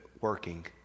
working